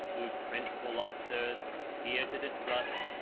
whose principal officers appeared to distrust,